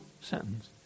sentence